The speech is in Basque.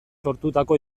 sortutako